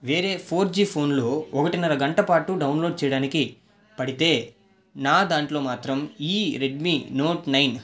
వేరే four G ఫోన్లో ఒకటిన్నర గంట పాటు డౌన్లోడ్ చేయడానికి పడితే నా దాంట్లో మాత్రం ఈ రెడ్మీ నోట్ నైన్